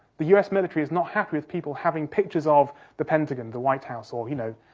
the us military is not happy with people having pictures of the pentagon, the white house, or, you know,